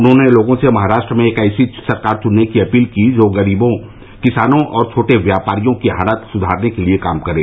उन्होंने लोगों से महाराष्ट्र में एक ऐसी सरकार चुनने की अपील की जो गरीबों किसानों और छोटे व्यापारियों की हालत सुधारने के लिए काम करे